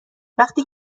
وقتی